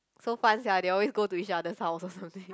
so fun sia they always go to each other's house or something